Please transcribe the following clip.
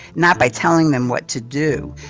not by telling them what to do,